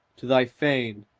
to thy fane,